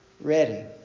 ready